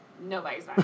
Nobody's